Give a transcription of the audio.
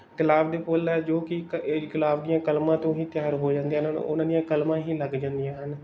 ਗੁਲਾਬ ਦੇ ਫੁੱਲ ਹੈ ਜੋ ਕਿ ਕ ਇਹ ਗੁਲਾਬ ਦੀਆਂ ਕਲਮਾਂ ਤੋਂ ਹੀ ਤਿਆਰ ਹੋ ਜਾਂਦੇ ਹਨ ਉਹਨਾਂ ਦੀਆਂ ਕਲਮਾਂ ਹੀ ਲੱਗ ਜਾਂਦੀਆਂ ਹਨ